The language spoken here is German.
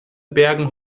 bergen